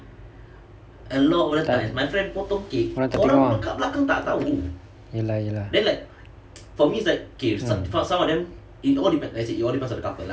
ye lah ye lah